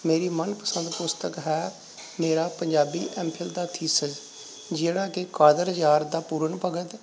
ਮੇਰੀ ਮਨ ਪਸੰਦ ਪੁਸਤਕ ਹੈ ਮੇਰਾ ਪੰਜਾਬੀ ਐੱਮ ਫਿਲ ਦਾ ਥੀਸਜ਼ ਜਿਹੜਾ ਕਿ ਕਾਦਰਯਾਰ ਦਾ ਪੂਰਨ ਭਗਤ